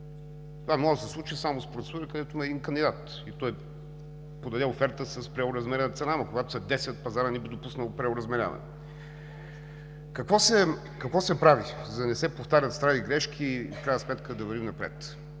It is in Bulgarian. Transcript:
Това може да се случи само с процедура, където има един кандидат и той подаде оферта с преоразмерена цена, но когато са десет, пазарът не би допуснал преоразмеряване. Какво се прави, за да не се повтарят стари грешки и в крайна сметка да вървим напред?